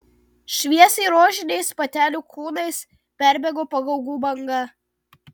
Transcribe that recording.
šviesiai rožiniais patelių kūnais perbėgo pagaugų banga